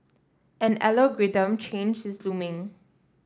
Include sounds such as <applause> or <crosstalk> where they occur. an <unintelligible> change is looming